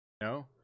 No